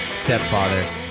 stepfather